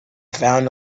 found